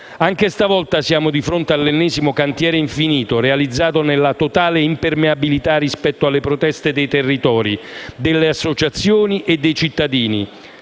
Anche stavolta siamo di fronte all'ennesimo cantiere infinito, realizzato nella totale impermeabilità rispetto alle proteste dei territori, delle associazioni e dei cittadini.